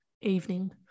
evening